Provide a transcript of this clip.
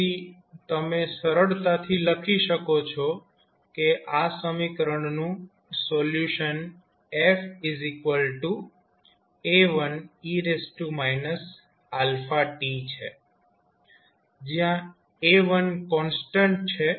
તેથી તમે સરળતાથી લખી શકો છો કે આ સમીકરણનું સોલ્યુશન fA1e t છે જ્યાં A1 કોન્સ્ટન્ટ છે